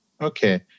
okay